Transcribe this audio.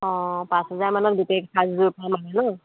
অঁ পাঁচ হাজাৰমানত গোটেই সাজযোৰ পাম মানে ন